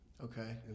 Okay